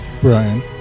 Brian